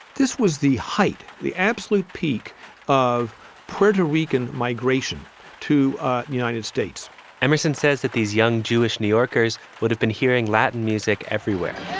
this was the height, the absolute peak of puerto rican migration to ah the united states emmerson says that these young jewish new yorkers would have been hearing latin music everywhere